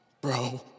bro